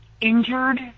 injured